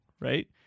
Right